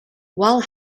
while